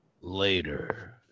later